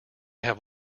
have